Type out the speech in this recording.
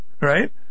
right